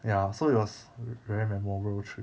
ya so it was very memorable trip